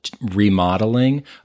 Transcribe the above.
remodeling